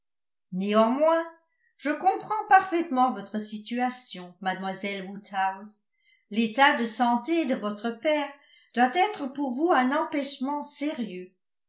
néanmoins je comprends parfaitement votre situation mademoiselle woodhouse l'état de santé de votre père doit être pour vous un empêchement sérieux